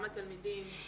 גם התלמידים,